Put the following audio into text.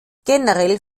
generell